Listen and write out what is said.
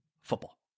football